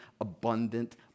abundant